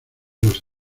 los